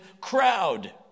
crowd